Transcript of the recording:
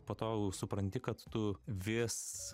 po to jau supranti kad tu vis